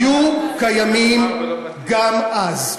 היו קיימים גם אז,